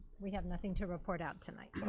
we have nothing to report out tonight.